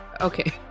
okay